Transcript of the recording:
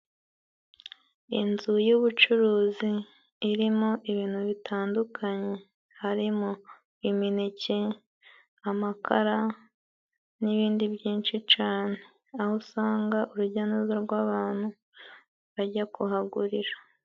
Inzu y'ubucuruzi irimo ibintu bitandukanye harimo imineke, amakara, n'ibindi byinshi cane, aho usanga urujya n'za rw'abantu bajya kuhagurira.